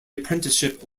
apprenticeship